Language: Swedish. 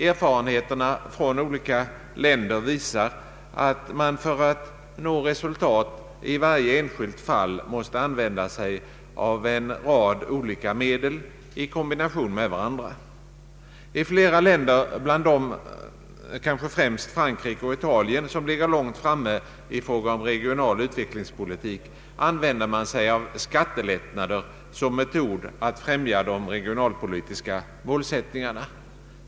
Erfarenheterna från olika länder visar att man för att nå resultat i varje enskilt fall måste använda sig av en rad olika medel i kombination med varandra. I flera länder, kanske främst Frankrike och Italien, som ligger långt framme i fråga om regional utvecklingspolitik, använder man skattelättnader som medel att främja de regionalpolitiska målsättningarna.